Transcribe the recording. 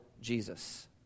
Jesus